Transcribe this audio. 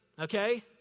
okay